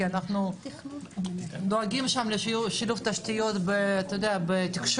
כי אנחנו דואגים שם לשילוב תשתיות בתקשורת,